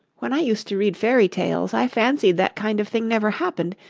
when i used to read fairy-tales, i fancied that kind of thing never happened,